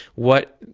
what.